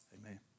Amen